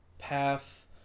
path